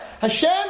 Hashem